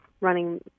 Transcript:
running